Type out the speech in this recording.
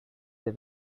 they